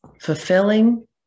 Fulfilling